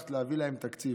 הצלחת להביא להם תקציב.